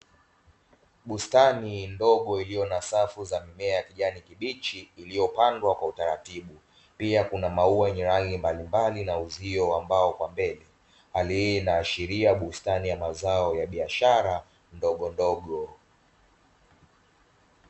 Bustani ndogo iliyo na safu za mimea ya kijani kibichi